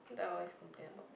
what do I always complain about